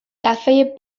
دفعه